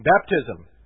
Baptism